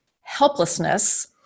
helplessness